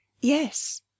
Yes